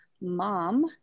mom